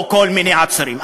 או כל מיני עצורים.